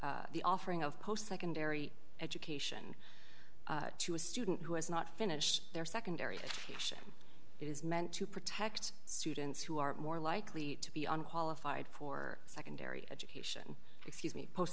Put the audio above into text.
the offering of post secondary education to a student who has not finished their secondary education is meant to protect students who are more likely to be unqualified for secondary education excuse me post